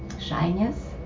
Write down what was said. shyness